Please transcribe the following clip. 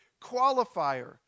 qualifier